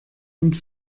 und